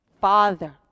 father